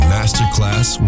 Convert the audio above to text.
Masterclass